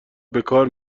بکار